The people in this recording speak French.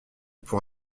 pour